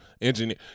engineer